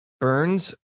Burns